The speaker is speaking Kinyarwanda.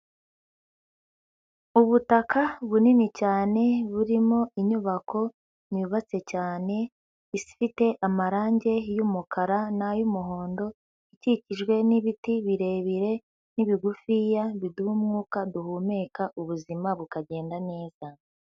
Ubutaka bunini cyane burimo inyubako, yubatse cyane, ifite amarangi y'umukara n'ay'umuhondo, ikikijwe n'ibiti birebire n'ibigufiya, biduha umwuka duhumeka, ubuzima bukagenda neza.